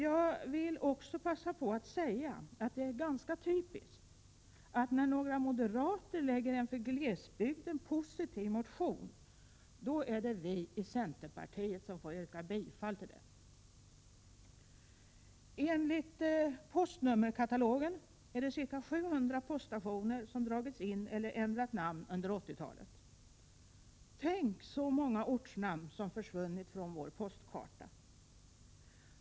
Jag vill också passa på att säga att det är ganska typiskt att när några moderater väcker en för glesbygden positiv motion, då är det vi centerpartister som får yrka bifall till den. Enligt postnummerkatalogen har ca 700 poststationer dragits in eller ändrat namn under 80-talet. Tänk så många ortsnamn som försvunnit från vår postkarta.